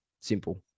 Simple